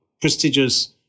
prestigious